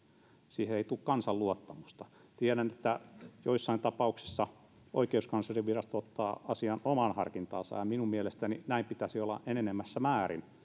siihen ei tule kansan luottamusta tiedän että joissain tapauksissa oikeuskanslerinvirasto ottaa asian omaan harkintaansa ja minun mielestäni näin pitäisi olla enenevässä määrin